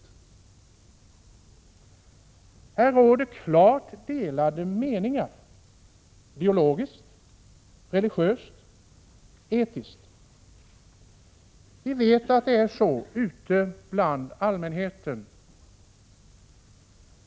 I den här frågan råder klart delade meningar — biologiskt, religiöst och etiskt. Vi vet att så är fallet ute bland allmänheten.